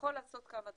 יכול לעשות כמה דברים,